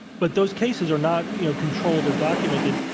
but those cases are not you know controlled or documented,